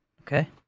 Okay